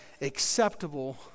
acceptable